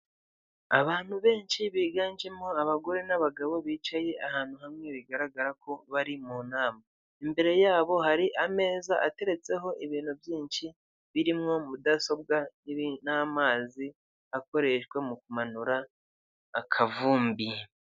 Abantu benshi biganjemo abagore n'abagabo bicaye ahantu hamwe bigaragara ko bari mu nama. Imbere yabo hari ameza ateretseho ibintu byinshi birimo mudasobwa n'amazi akoreshwa mu kumanura akavumbi.